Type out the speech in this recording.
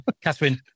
Catherine